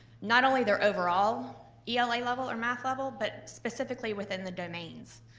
not only their overall ela level or math level, but specifically within the domains.